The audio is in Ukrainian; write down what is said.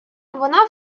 вона